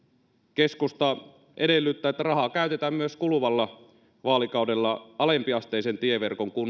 keskusta edellyttää että rahaa käytetään myös kuluvalla vaalikaudella alempiasteisen tieverkon